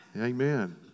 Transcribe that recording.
Amen